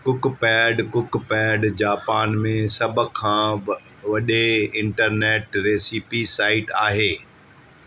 Cookpad Cookpad Japan में सब खां वडे॒ इंटरनेट रेसिपी साइट आहे